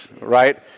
right